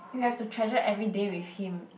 you have to treasure everyday with him